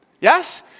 Yes